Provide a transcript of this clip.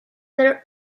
their